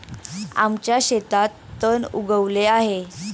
आमच्या शेतात तण उगवले आहे